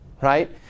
right